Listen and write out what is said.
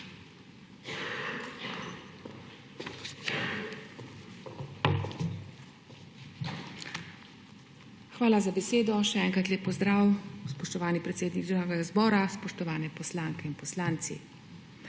Hvala za besedo. Še enkrat lep pozdrav, spoštovani predsednik Državnega zbora, spoštovane poslanke in poslanci!